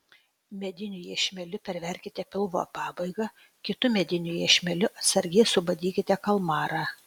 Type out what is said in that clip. mediniu iešmeliu perverkite pilvo pabaigą kitu mediniu iešmeliu atsargiai subadykite kalmarą